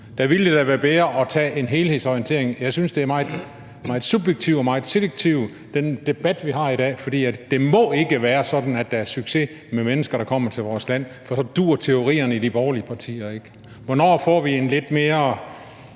Der ville det da være bedre med en helhedsorientering. Jeg synes, den debat, vi har i dag, er meget subjektiv og meget selektiv, for det må ikke være sådan, at der er succes med mennesker, der kommer til vores land, for så duer teorierne i de borgerlige partier ikke. Hvornår får vi en lidt mere